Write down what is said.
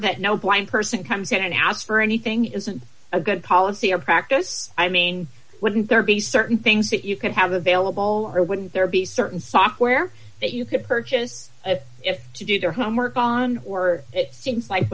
that no blind person comes in and asks for anything isn't a good policy or practice i mean wouldn't there be certain things that you could have available or wouldn't there be certain software that you could purchase if to do their homework on or it seems like